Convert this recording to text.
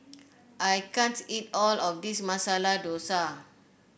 I can't eat all of this Masala Dosa